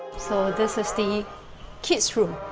so this is the kids' room